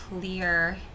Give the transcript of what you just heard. clear